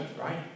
right